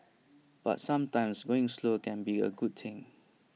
but sometimes going slow can be A good thing